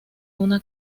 una